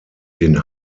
den